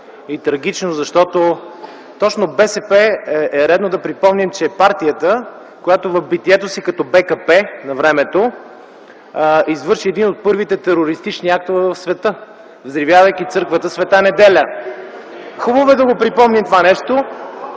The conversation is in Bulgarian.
и трагично, защото точно БСП - редно е да припомним - е партията, която в битието си като БКП на времето извърши един от първите терористични актове в света, взривявайки църквата „Света Неделя”. (Реплики в КБ.) Хубаво е да припомним това.